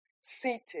seated